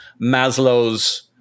Maslow's